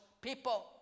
people